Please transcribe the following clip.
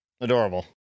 adorable